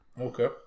Okay